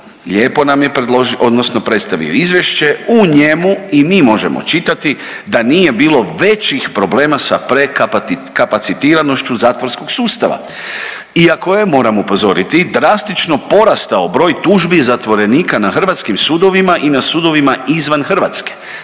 lijepo nam je predložio odnosno predstavio izvješće u njemu i mi možemo čitati da nije bilo većih problema sa prekapacitiranošću zatvorskog sustava. Iako je moram upozoriti drastično porastao broj tužbi zatvorenika na hrvatskim sudovima i na sudovima izvan Hrvatske.